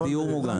על דיור מוגן.